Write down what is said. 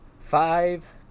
five